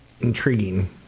intriguing